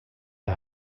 der